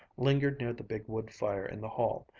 lingered near the big wood-fire in the hall,